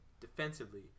defensively